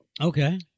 Okay